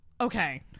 okay